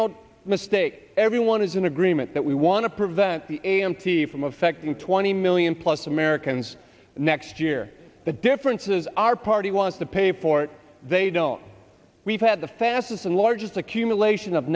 no mistake everyone is in agreement that we want to prevent the a m t from affecting twenty million plus americans next year the difference is our party wants to pay for it they don't we've had the fastest and largest accumulation of